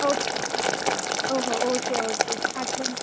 okay ఓహో okay okay అట్లా